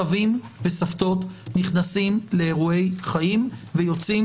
סבים וסבתות נכנסים לאירועי חיים ויוצאים